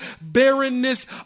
barrenness